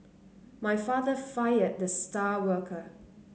my father fired the star worker